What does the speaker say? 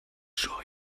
sure